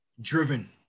driven